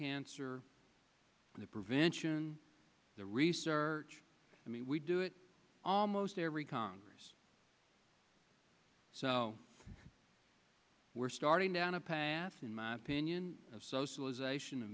cancer prevention research i mean we do it almost every congress so we're starting down a path in my opinion of socialization of